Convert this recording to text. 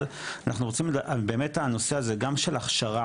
אבל אנחנו רוצים באמת הנושא הזה גם של הכשרה